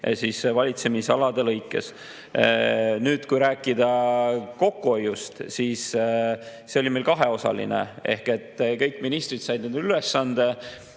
ringi valitsemisalade lõikes. Nüüd, kui rääkida kokkuhoiust, siis see oli meil kaheosaline. Kõik ministrid said ülesande